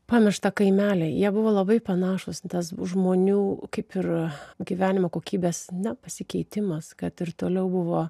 pamirštą kaimelį jie buvo labai panašūs tas žmonių kaip ir gyvenimo kokybės nepasikeitimas kad ir toliau buvo